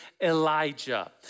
Elijah